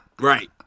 Right